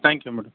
thank you madam